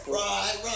right